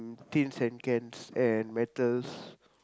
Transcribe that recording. tins and cans and metals